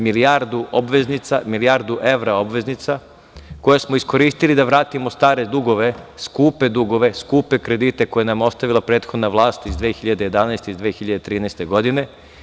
Milijardu obveznica, milijardu evra obveznica koje smo iskoristili da vratimo stare dugove, skupe dugove, skupe kredite koje nam je ostavila prethodna vlast iz 2012, 2013. godine.